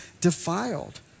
defiled